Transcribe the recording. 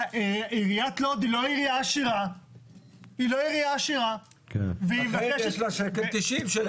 עיריית לוד היא לא עירייה עשירה --- לכן יש לה 1.90 שקלים,